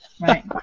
Right